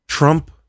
Trump